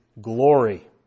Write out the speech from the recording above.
glory